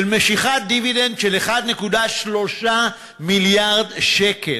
של משיכת דיבידנד של 1.3 מיליארד שקל.